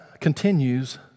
continues